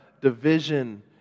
division